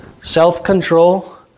self-control